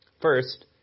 First